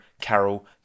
Carol